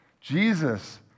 Jesus